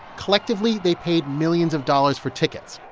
collectively, they paid millions of dollars for tickets.